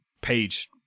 page